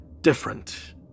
Different